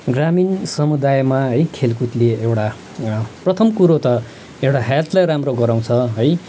ग्रामीण समुदायमा है खेलकुदले एउटा प्रथम कुरो त एउटा हेल्थलाई राम्रो गराउँछ है